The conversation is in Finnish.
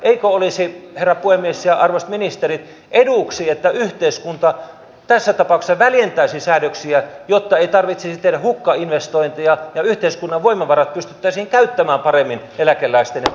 eikö olisi herra puhemies ja arvoisat ministerit eduksi että yhteiskunta tässä tapauksessa väljentäisi säädöksiä jotta ei tarvitsisi tehdä hukkainvestointeja ja yhteiskunnan voimavarat pystyttäisiin käyttämään paremmin eläkeläisten ja vanhusten hyväksi